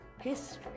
history